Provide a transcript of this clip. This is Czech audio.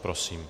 Prosím.